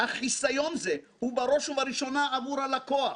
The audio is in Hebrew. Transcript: אך חיסיון זה הוא בראש ובראשונה עבור הלקוח.